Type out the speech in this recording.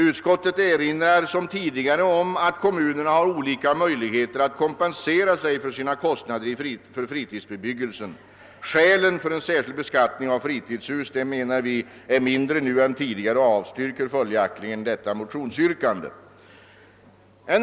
Utskottet erinrar liksom tidigare om att kommunerna har olika möjligheter att kompensera sig för sina kostnader för fritidsbebyggelsen. Vi anser därför att skälen för en särskild beskattning av fritidshus nu är svagare än tidigare och avstyrker följaktligen detta motionsyrkande.